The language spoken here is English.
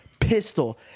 pistol